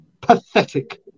Pathetic